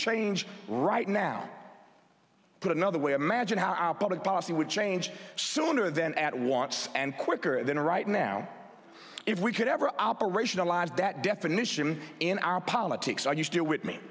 change right now put another way magic how our public policy would change sooner than at once and quicker than right now if we could ever operationalized that definition in our politics are you still with me